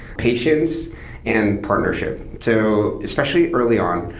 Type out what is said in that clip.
patience and partnership. so especially early on,